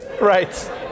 Right